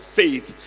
faith